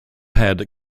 had